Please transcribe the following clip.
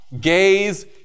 gaze